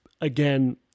Again